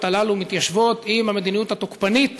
הללו מתיישבות עם המדיניות התוקפנית